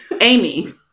Amy